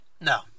No